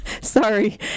sorry